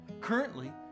Currently